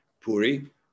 puri